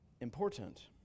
important